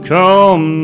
come